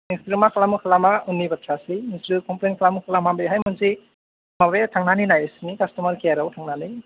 नोंसोरो मा खालामो खालामा उननि बाथ्रासै नोंसोरो कमप्लेन खालामो खालामा बेहाय मोनसे माबाया थांनानै नाय बिसोरनि कास्ट'मार केयाराव थांनानै